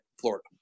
Florida